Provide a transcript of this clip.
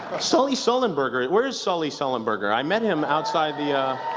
sully sullenberger, where is sully sullenberger? i met him outside the.